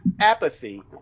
apathy